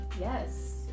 Yes